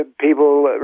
people